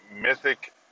Mythic